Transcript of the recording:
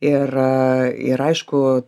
ir ir aišku